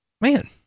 Man